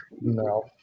No